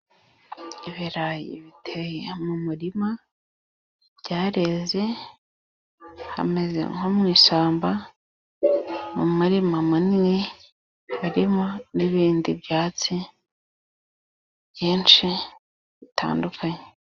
Ibirayi bite mu murima byareze, hameze nko mu ishyamba, ni umurima munini harimo n'ibindi byatsi byinshi bitandukanye.